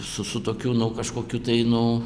su su tokiu nu kažkokiu tai nu